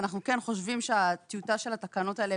ואנחנו כן חושבים שהטיוטה של התקנות האלה